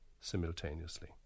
simultaneously